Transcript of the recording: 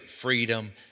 freedom